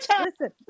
listen